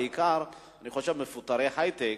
בעיקר מפוטרי היי-טק,